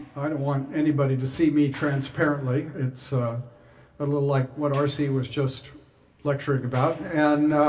i don't want anybody to see me transparently. it's a ah little like what r c. was just lecturing about. and